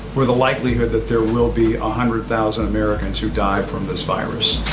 for the likelihood that there will be a hundred thousand americans who die from this virus?